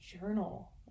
journal